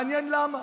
מעניין למה.